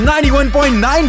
91.9